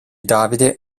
davide